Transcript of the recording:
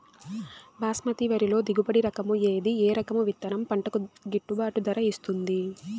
బాస్మతి వరిలో దిగుబడి రకము ఏది ఏ రకము విత్తనం పంటకు గిట్టుబాటు ధర ఇస్తుంది